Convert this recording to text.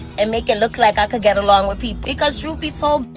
and make it look like i could get along with people. because truth be told,